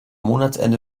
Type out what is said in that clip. monatsende